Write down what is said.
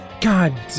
God